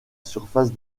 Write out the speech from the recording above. surface